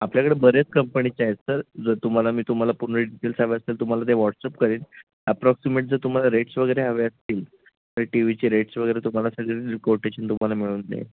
आपल्याकडे बरेच कंपणीचे आहेत सर जर तुम्हाला मी तुम्हाला पूर्ण डिटेल्स हवे असेल तुम्हाला ते व्हॉट्सअप करेन अप्रॉक्सिमेट जर तुम्हाला रेट्स वगैरे हवे असतील तर टी व्हीचे रेट्स वगैरे तुम्हाला सगळे कोटेशन तुम्हाला मिळून देईन